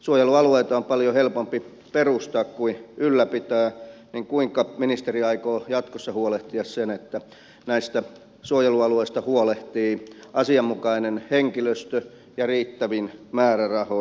suojelualueita on paljon helpompi perustaa kuin ylläpitää joten kuinka ministeri aikoo jatkossa huolehtia sen että näistä suojelualueista huolehtii asianmukainen henkilöstö ja riittävin määrärahoin